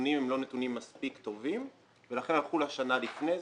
שהנתונים הם לא נתונים מספיק טובים ולכן הלכו לשנה לפני כן,